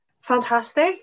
Fantastic